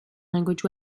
language